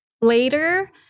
Later